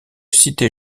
cité